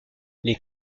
les